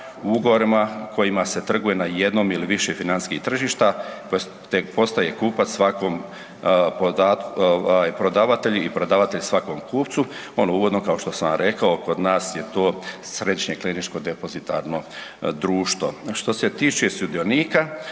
ugovorima kojima se trguje na jednom ili viši financijskih tržišta te postaje kupac svakom ovaj prodavatelj i prodavatelj svakom kupcu. Ono uvodno kao što sam vam rekao kod nas je to Središnje klirinško depozitarno društvo. Što se tiče sudionika